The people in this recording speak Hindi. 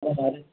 कब आ रहे